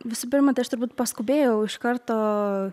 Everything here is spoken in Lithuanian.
visų pirma tai aš turbūt paskubėjau iš karto